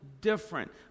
different